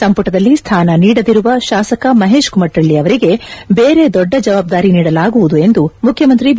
ಸಂಪಟದಲ್ಲಿ ಸ್ಕಾನ ನೀಡದಿರುವ ಶಾಸಕ ಮಹೇಶ್ ಕುಮಠಳ್ಳಿ ಅವರಿಗೆ ಬೇರೆ ದೊಡ್ಡ ಜವಾಬ್ದಾರಿ ನೀಡಲಾಗುವುದೆಂದು ಮುಖ್ಯಮಂತ್ರಿ ಬಿ